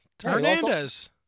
Hernandez